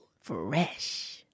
Fresh